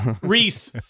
Reese